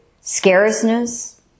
scarceness